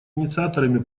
инициаторами